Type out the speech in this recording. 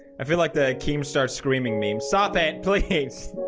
i feel like the team starts screaming meme saw that tilly hates